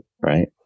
right